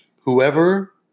Whoever